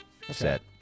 set